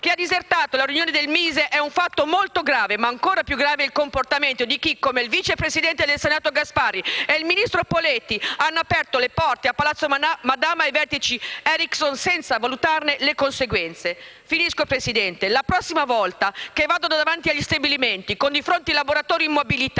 che ha disertato la riunione del MISE, è un fatto molto grave. Ma ancora più grave è il comportamento di chi, come vice presidente del Senato Gasparri e il ministro Poletti, hanno aperto le porte di Palazzo Madama ai vertici Ericsson senza valutarne le conseguenze. La prossima volta vadano davanti agli stabilimenti, con di fronte i lavoratori in mobilità,